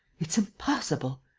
it's impossible!